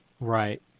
Right